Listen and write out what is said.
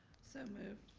so moved.